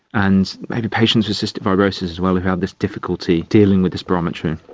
and maybe patients with cystic fibrosis as well who had this difficulty dealing with the spirometry.